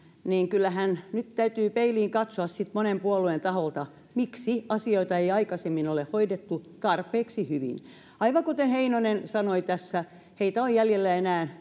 niin kyllähän nyt täytyy peiliin katsoa monen puolueen taholta miksi asioita ei aikaisemmin ole hoidettu tarpeeksi hyvin aivan kuten heinonen sanoi tässä heitä on jäljellä enää